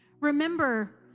remember